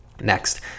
Next